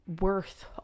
worth